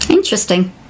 interesting